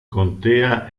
contea